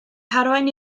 harwain